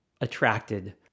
Attracted